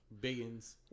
biggins